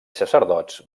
sacerdots